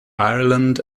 ireland